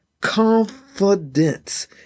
Confidence